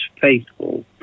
faithful